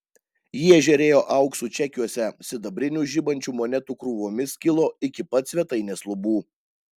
jie žėrėjo auksu čekiuose sidabrinių žibančių monetų krūvomis kilo iki pat svetainės lubų